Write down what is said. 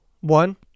one